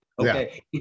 Okay